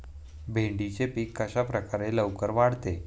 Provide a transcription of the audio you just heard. भेंडीचे पीक कशाप्रकारे लवकर वाढते?